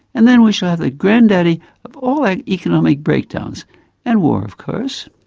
and then we shall have the grand-daddy of all like economic breakdowns and war of course.